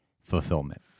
fulfillment